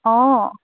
অঁ